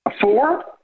Four